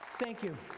thank you.